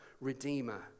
redeemer